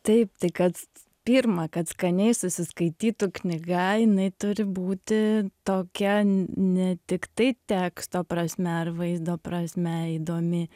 taip tai kad pirma kad skaniai susiskaitytų knyga jinai turi būti tokia ne tiktai teksto prasme ar vaizdo prasme įdomi